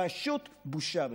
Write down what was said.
פשוט בושה וחרפה.